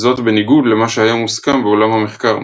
זאת בניגוד למה שהיה מוסכם בעולם המחקר.